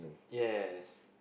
yes